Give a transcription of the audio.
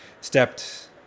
stepped